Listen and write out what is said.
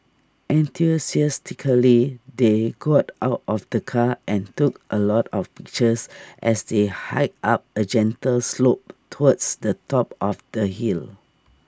enthusiastically they got out of the car and took A lot of pictures as they hiked up A gentle slope towards the top of the hill